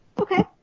Okay